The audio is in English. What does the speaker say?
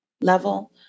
level